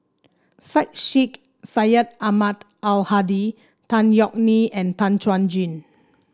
Syed Sheikh Syed Ahmad Al Hadi Tan Yeok Nee and Tan Chuan Jin